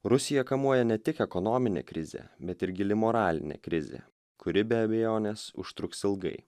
rusiją kamuoja ne tik ekonominė krizė bet ir gili moralinė krizė kuri be abejonės užtruks ilgai